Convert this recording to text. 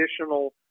additional